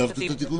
כתבת את התיקון?